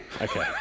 Okay